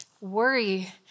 Worry